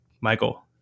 michael